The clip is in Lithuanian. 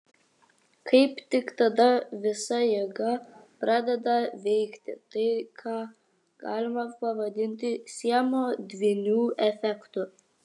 kaip tik tada visa jėga pradeda veikti tai ką galima pavadinti siamo dvynių efektu